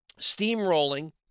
steamrolling